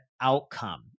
outcome